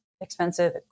expensive